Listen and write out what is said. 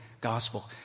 gospel